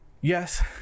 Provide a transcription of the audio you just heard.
yes